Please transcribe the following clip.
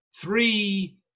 three